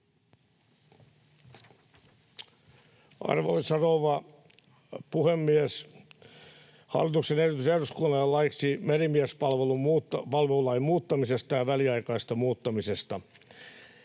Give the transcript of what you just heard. Arvoisa rouva puhemies! Hallituksen esitys eduskunnalle laiksi merimiespalvelulain muuttamisesta ja väliaikaisesta muuttamisesta: